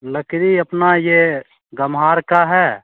लकड़ी अपना ये गम्हार का है